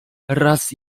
raz